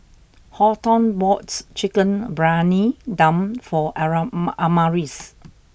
Horton bought Chicken Briyani Dum for aram Amaris